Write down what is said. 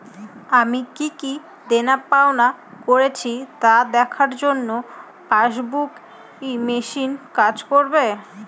আমি কি কি দেনাপাওনা করেছি তা দেখার জন্য পাসবুক ই মেশিন কাজ করবে?